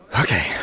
Okay